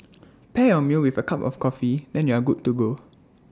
pair your meal with A cup of coffee then you're good to go